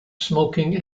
smoking